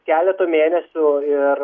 keleto mėnesių ir